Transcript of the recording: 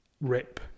rip